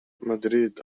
مدريد